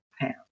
pounds